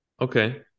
Okay